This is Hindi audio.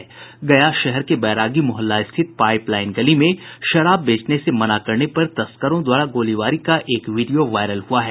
गया शहर के बैरागी मुहल्ला स्थित पाईप लाईन गली में शराब बेचने से मना करने पर तस्करों द्वारा गोलीबारी का एक वीडियो वायरल हुआ है